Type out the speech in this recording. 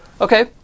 Okay